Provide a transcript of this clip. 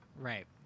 Right